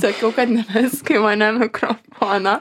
sakiau kad nemesk į mane mikrofoną